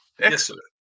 excellent